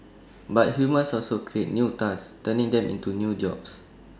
but humans also create new tasks turning them into new jobs